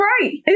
right